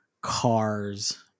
Cars